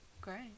great